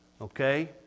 okay